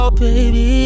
baby